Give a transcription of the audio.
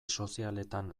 sozialetan